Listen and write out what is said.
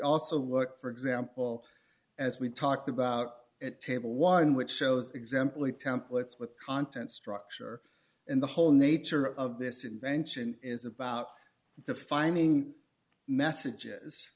also worked for example as we talked about at table one which shows exemplary templates with content structure and the whole nature of this invention is about defining messages